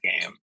game